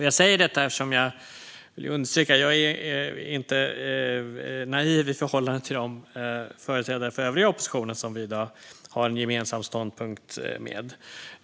Jag säger detta eftersom jag vill understryka att jag inte är naiv i förhållande till de företrädare för övriga oppositionen som vi vill ha en gemensam ståndpunkt med.